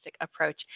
Approach